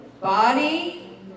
body